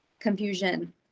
confusion